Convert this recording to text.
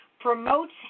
promotes